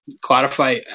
clarify